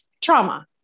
trauma